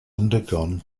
undergone